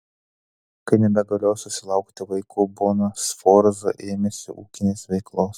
kai nebegalėjo susilaukti vaikų bona sforza ėmėsi ūkinės veiklos